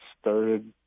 started